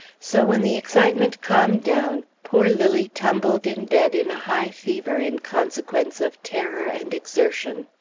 so, when the excitement calmed down, poor lilly tumbled in bed in a high fever in consequence of terror and exertion.